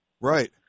Right